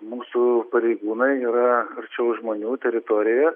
mūsų pareigūnai yra arčiau žmonių teritorijoje